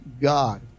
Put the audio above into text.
God